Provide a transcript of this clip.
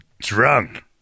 drunk